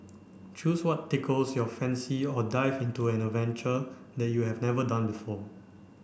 choose what tickles your fancy or dive into an adventure that you have never done before